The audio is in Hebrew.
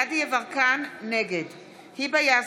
גדי יברקן, נגד היבה יזבק,